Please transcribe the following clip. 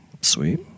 sweet